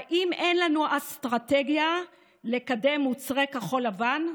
האם אין לנו אסטרטגיה לקדם מוצרי כחול לבן?